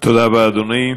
תודה רבה, אדוני.